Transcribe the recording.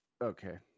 Okay